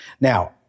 Now